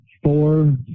Four